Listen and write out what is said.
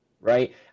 Right